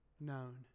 known